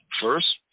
First